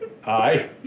Hi